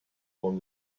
from